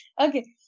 Okay